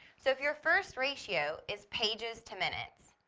so if your first ratio is pages to minutes,